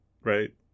right